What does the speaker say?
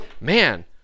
man